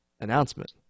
announcement